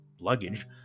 luggage